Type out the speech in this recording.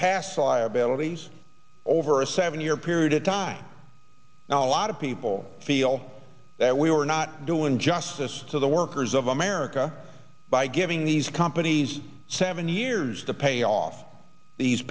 i abilities over a seven year period of time now a lot of people feel that we were not doing justice to the workers of america by giving these companies seven years to pay off these